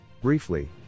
Briefly